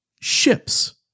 ships